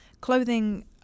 clothing